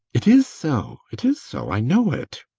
it is so! it is so! i know it!